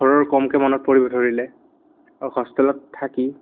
ঘৰৰ কমকৈ মনত পৰি ধৰিলে হোষ্টেলত থাকি